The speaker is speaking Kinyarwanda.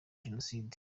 jenoside